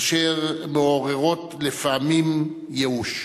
אשר מעוררת לפעמים ייאוש.